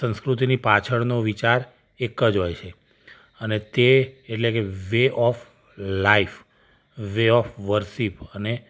સંસ્કૃતિની પાછળનો વિચાર એક જ હોય છે અને તે એટલે કે way of life way of worship અને